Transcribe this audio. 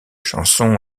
chansons